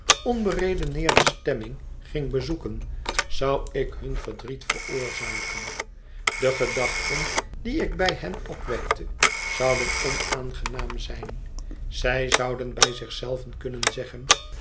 onberedeneerde stemming ging bezoeken zou ik hun verdriet veroorzaken de gedachten die ik bij hen opwekte zouden onaangenaam zijn zij zouden bij zich zelven kunnen zeggen